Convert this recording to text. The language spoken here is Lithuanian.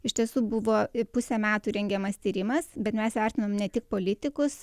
iš tiesų buvo pusę metų rengiamas tyrimas bet mes vertinom ne tik politikus